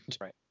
right